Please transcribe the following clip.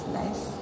nice